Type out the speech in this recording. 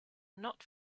not